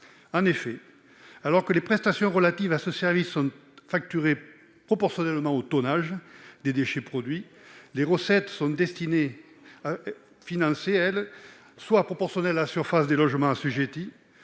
En effet, alors que les prestations relatives à ce service sont facturées proportionnellement au tonnage des déchets produits, les recettes destinées à financer ces dépenses sont, pour leur part, soit proportionnelles à la surface des logements assujettis,